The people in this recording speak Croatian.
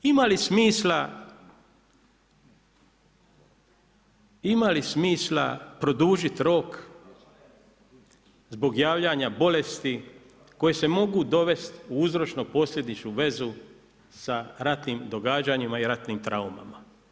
Ima li smisla, ima li smisla produžiti rok zbog javljanja bolesti koje se mogu dovest u uzročno-posljedičnu vezu sa ratnim događanjima i ratnim traumama?